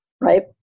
right